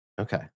Okay